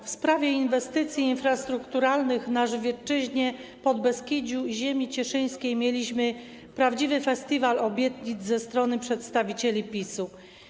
W sprawie inwestycji infrastrukturalnych na Żywiecczyźnie, Podbeskidziu i ziemi cieszyńskiej mieliśmy prawdziwy festiwal obietnic ze strony przedstawicieli PiS-u.